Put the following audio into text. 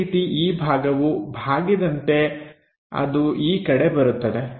ಅದೇ ರೀತಿ ಈ ಭಾಗವು ಬಾಗಿದಂತೆ ಅದು ಈ ಕಡೆ ಬರುತ್ತದೆ